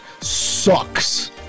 sucks